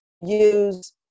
use